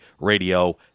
Radio